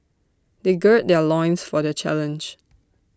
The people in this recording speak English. they gird their loins for the challenge